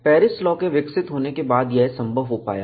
Paris law के विकसित होने के बाद यह संभव हो पाया